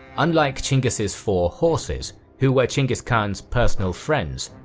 unlike chinggis's four horses, who were chinggis khan's personal friends,